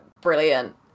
brilliant